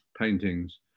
paintings